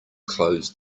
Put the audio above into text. close